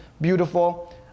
beautiful